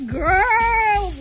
girl